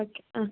okay ആ